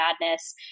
Madness